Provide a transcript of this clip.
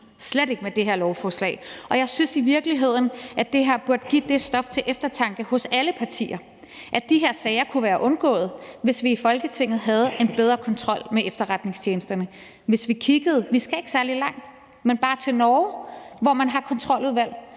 slet ikke med det her lovforslag. Jeg synes i virkeligheden, at det her burde give det stof til eftertanke hos alle partier, at de her sager kunne være undgået, hvis vi i Folketinget havde en bedre kontrol med efterretningstjenesterne. Vi kan bare kigge til Norge – vi skal ikke særlig langt – hvor man har kontroludvalg,